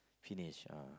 finish ah